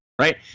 right